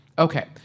Okay